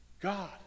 God